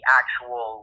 actual